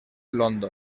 london